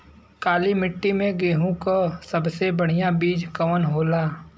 काली मिट्टी में गेहूँक सबसे बढ़िया बीज कवन होला?